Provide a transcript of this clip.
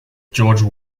george